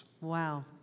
Wow